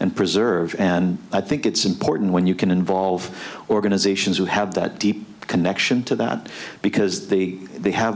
and preserve and i think it's important when you can involve organizations who have that deep connection to that because the they have